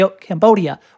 Cambodia